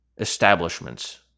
establishments